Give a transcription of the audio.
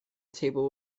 table